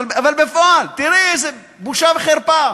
אבל בפועל, תראי איזה בושה וחרפה.